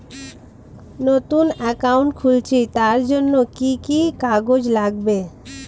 নতুন অ্যাকাউন্ট খুলছি তার জন্য কি কি কাগজ লাগবে?